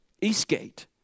Eastgate